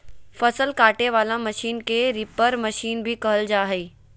फसल काटे वला मशीन के रीपर मशीन भी कहल जा हइ